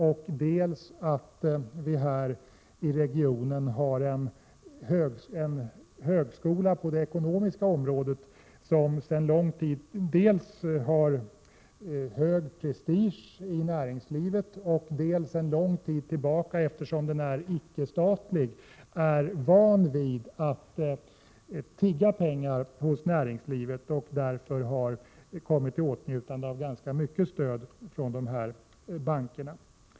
För det andra har vi i denna region en högskola på det ekonomiska området som sedan lång tid tillbaka dels har hög prestige i näringslivet, dels är van att tigga pengar hos näringslivet, eftersom den icke är statlig. Denna högskola har därför kommit i åtnjutande av ganska mycket stöd från dessa banker.